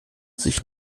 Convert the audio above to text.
sich